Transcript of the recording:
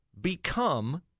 become